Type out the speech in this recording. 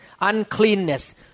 uncleanness